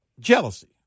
jealousy